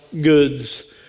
goods